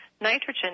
nitrogen